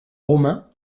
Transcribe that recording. romain